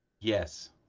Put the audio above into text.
Yes